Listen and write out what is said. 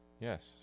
Yes